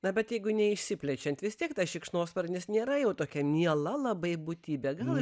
na bet jeigu neišsiplečiant vis tiek tas šikšnosparnis nėra jau tokia miela labai būtybė gal